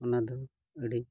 ᱚᱱᱟ ᱫᱚ ᱟᱹᱰᱤ